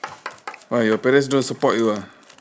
why your parents don't support you ah